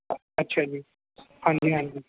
ਅ ਅੱਛਾ ਜੀ ਹਾਂਜੀ ਹਾਂਜੀ